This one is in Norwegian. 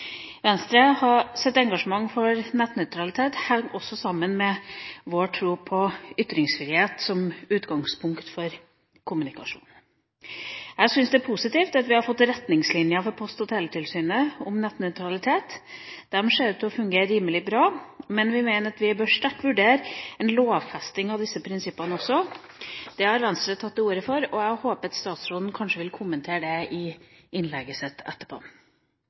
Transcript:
engasjement for nettnøytralitet henger også sammen med vår tro på ytringsfrihet som utgangspunkt for kommunikasjon. Jeg syns det er positivt at vi har fått retningslinjer for Post- og teletilsynet om nettnøytralitet. De ser ut til å fungere rimelig bra, men vi mener at vi også sterkt bør vurdere en lovfesting av disse prinsippene. Det har Venstre tatt til orde for, og jeg håper at statsråden vil kommentere det i innlegget sitt etterpå.